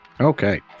Okay